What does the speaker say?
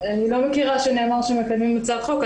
אני לא מכירה שנאמר שמקדמים הצעת חוק.